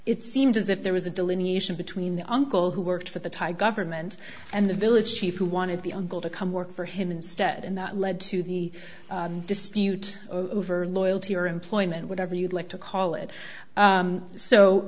it seemed as if there was a delineation between the uncle who worked for the thai government and the village chief who wanted the uncle to come work for him instead and that led to the dispute over loyalty or employment whatever you'd like to call it